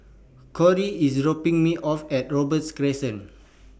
Corry IS dropping Me off At Robey's Crescent